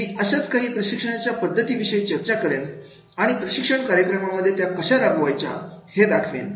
मी अशाच काही प्रशिक्षणाच्या पद्धतीविषयी चर्चा करेन आणि प्रशिक्षण कार्यक्रमांमध्ये त्या कशा राबवायच्या हे दाखवेल